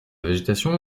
végétation